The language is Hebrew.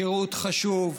שירות חשוב.